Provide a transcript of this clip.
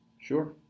Sure